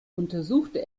untersuchte